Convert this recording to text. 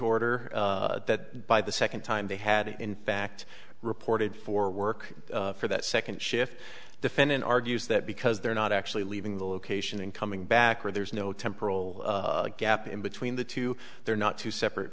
order that by the second time they had in fact reported for work for that second shift defendant argues that because they're not actually leaving the location and coming back or there's no temporal gap in between the two they're not two separate